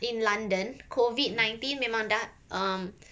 in london COVID nineteen memang dah um